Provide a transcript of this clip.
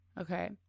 okay